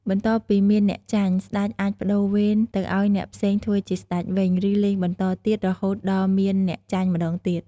បន្ទាប់ពីមានអ្នកចាញ់ ស្តេចអាចប្តូរវេនទៅឱ្យអ្នកផ្សេងធ្វើជាស្តេចវិញ ឬលេងបន្តទៀតរហូតដល់មានអ្នកចាញ់ម្ដងទៀត។